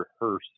rehearse